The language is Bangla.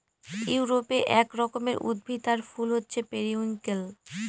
ইউরোপে এক রকমের উদ্ভিদ আর ফুল হছে পেরিউইঙ্কেল